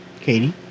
Katie